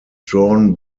drawn